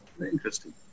Interesting